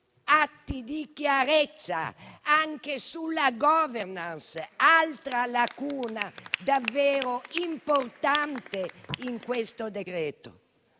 atti di chiarezza anche sulla *governance*, altra lacuna davvero importante in questo decreto?